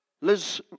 Liz